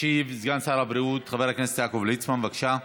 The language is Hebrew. ישיב סגן שר הבריאות חבר הכנסת יעקב ליצמן, בבקשה,